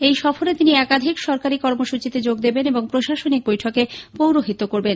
এই সফরে তিনি একাধিক সরকারি কর্মসূচিতে যোগ দেবেন এবং প্রশাসনিক বৈঠকে পৌরোহিত্য করবেন